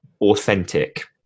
authentic